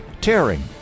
tearing